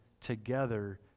together